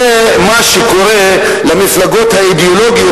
זה מה שקורה למפלגות האידיאולוגיות